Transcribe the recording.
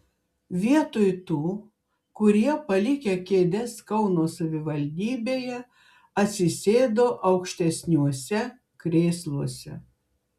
vietoj tų kurie palikę kėdes kauno savivaldybėje atsisėdo aukštesniuose krėsluose